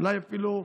אולי אפילו,